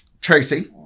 Tracy